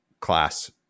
class